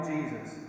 Jesus